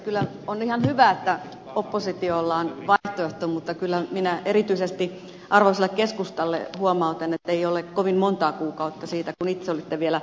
kyllä on ihan hyvä että oppositiolla on vaihtoehto mutta kyllä minä erityisesti arvoisalle keskustalle huomautan ettei ole kovin montaa kuukautta siitä kun itse olitte vielä hallitusvastuussa